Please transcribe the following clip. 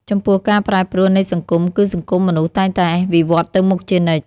ចំពោះ ការប្រែប្រួលនៃសង្គម គឺសង្គមមនុស្សតែងតែវិវឌ្ឍន៍ទៅមុខជានិច្ច។